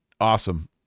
awesome